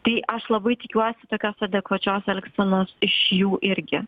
tai aš labai tikiuosi tokios adekvačios elgsenos iš jų irgi